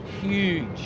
huge